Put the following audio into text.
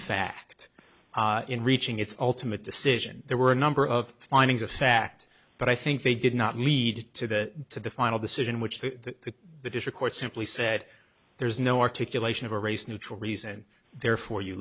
fact in reaching its ultimate decision there were a number of findings of fact but i think they did not lead to the final decision which the the district court simply said there's no articulation of a race neutral reason therefore you